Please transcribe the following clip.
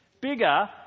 Bigger